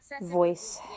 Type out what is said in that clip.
voice